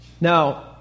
Now